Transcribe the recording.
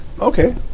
Okay